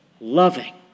Loving